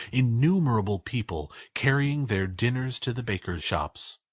innumerable people, carrying their dinners to the bakers' shops.